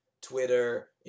Twitter